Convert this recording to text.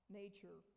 nature